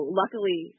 luckily